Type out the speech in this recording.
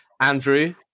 andrew